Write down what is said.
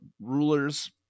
rulers